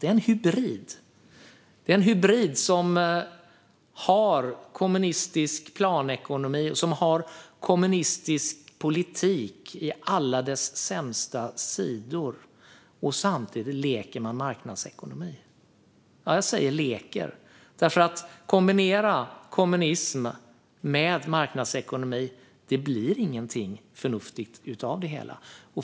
Det är en hybrid - en hybrid som har kommunistisk planekonomi och kommunistisk politik med alla dess sämsta sidor och som samtidigt leker marknadsekonomi. Jag säger "leker", för om man kombinerar kommunism med marknadsekonomi blir det ingenting förnuftigt av det hela.